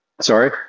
Sorry